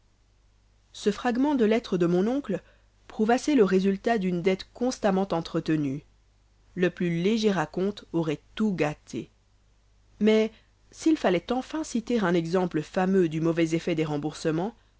ce fragment de lettre de mon oncle prouve assez le résultat d'une dette constamment entretenue le plus léger à compte aurait tout gâté mais s'il fallait enfin citer un exemple fameux du mauvais effet des remboursemens